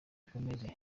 ikomeze